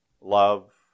love